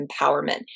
empowerment